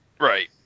Right